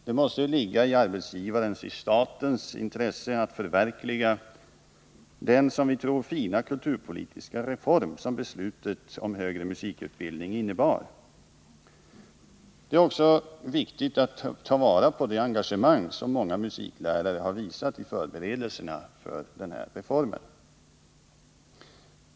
Det måste ligga i arbetsgivarens —statens— intresse att förverkliga den, som vi tror, fina kulturpolitiska reform som beslutet om högre musikutbildning innebar. Det är också viktigt att ta vara på det engagemang som många musiklärare har visat i förberedelserna för den här reformen.